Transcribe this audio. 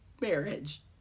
marriage